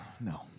No